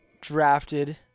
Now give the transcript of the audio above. drafted